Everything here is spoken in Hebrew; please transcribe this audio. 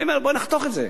אני אומר: בוא נחתוך את זה,